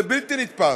זה בלתי נתפס.